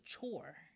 chore